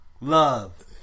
love